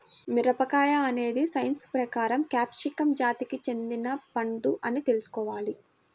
మిరపకాయ అనేది సైన్స్ ప్రకారం క్యాప్సికమ్ జాతికి చెందిన పండు అని తెల్సుకోవాలి